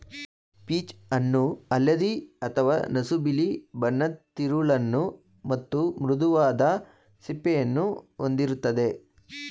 peach ಹಣ್ಣು ಹಳದಿ ಅಥವಾ ನಸುಬಿಳಿ ಬಣ್ಣದ್ ತಿರುಳನ್ನು ಮತ್ತು ಮೃದುವಾದ ಸಿಪ್ಪೆಯನ್ನು ಹೊಂದಿರ್ತದೆ